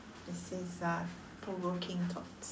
this is uh provoking thoughts